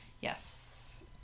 Yes